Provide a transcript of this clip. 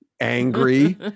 angry